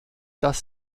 dass